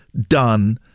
done